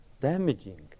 damaging